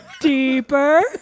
Deeper